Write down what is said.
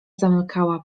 zamykała